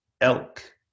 elk